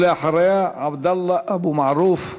ואחריה, עבדאללה אבו מערוף.